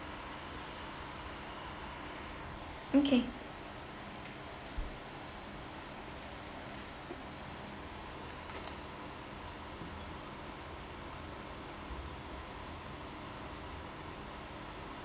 okay